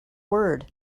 word